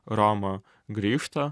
roma grįžta